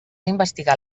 investigar